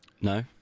No